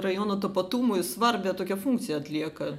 rajono tapatumui svarbią tokią funkciją atlieka